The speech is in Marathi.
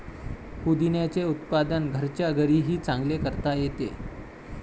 पुदिन्याचे उत्पादन घरच्या घरीही चांगले करता येते